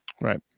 right